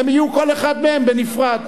הם יהיו כל אחד מהם בנפרד,